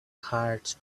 heart